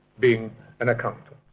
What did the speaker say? being an accountant.